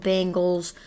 Bengals